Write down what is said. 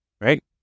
right